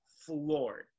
floored